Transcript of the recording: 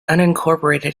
unincorporated